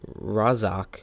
Razak